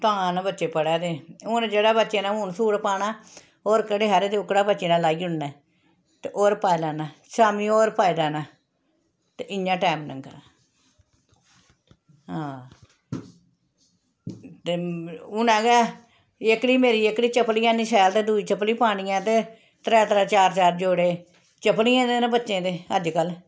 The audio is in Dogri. तां न बच्चे पढ़ै दे हून जेह्ड़े बच्चे ने हून स्कूल पाना होर घड़े हारे ते ओह्कड़े बच्चे ने लाई ओड़ना ऐ ते होर पाई लैना शामीं होर पाई लैना ऐ ते इ'यां टैम लंघा दा हां ते हूनै गै एह्कड़ी मेरी एह्कड़ी चप्पली ऐ नी शैल ते दूई चप्पली पानी ऐ ते त्रै त्रै चार चार जोड़े चप्पलियें दे न बच्चें दे अज्जकल